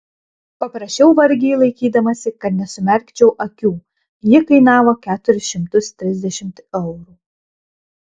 paprašiau vargiai laikydamasi kad nesumerkčiau akių ji kainavo keturis šimtus trisdešimt eurų